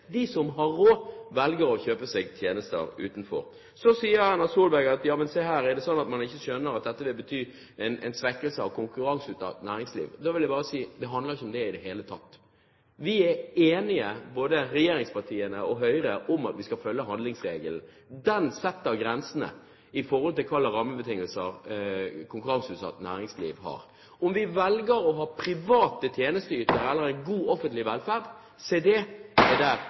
tjenester utenfor. Så sier Erna Solberg: Er det sånn at man ikke skjønner at dette vil bety en svekkelse av konkurranseutsatt næringsliv? Da vil jeg bare si: Det handler ikke om det i det hele tatt. Vi er enige, både regjeringspartiene og Høyre, om at vi skal følge handlingsregelen. Den setter grenser for hva slags rammebetingelser konkurranseutsatt næringsliv har. Om vi velger å ha private tjenesteytere eller en god offentlig velferd, se det